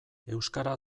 euskara